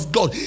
God